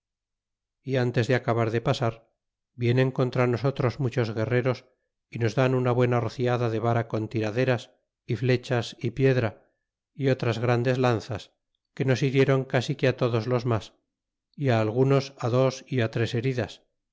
y fintes de acabar de pasar vienen contra nosotros muchos guerreros y nos dan una buena rociada de vara con tiraderas y flechas y piedra y otras grandes lanzas que nos hirieron casi que todos los mas y algunos dos y tres heridas